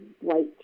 white